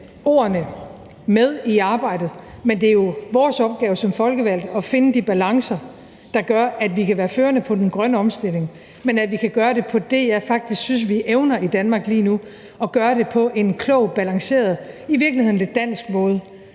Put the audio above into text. ordene med i arbejdet. Men det er jo vores opgave som folkevalgte at finde de balancer, der gør, at vi kan være førende på den grønne omstilling, men at vi kan gøre det på en måde, som jeg faktisk synes vi evner i Danmark lige nu, nemlig på en klog, balanceret og i virkeligheden lidt dansk måde,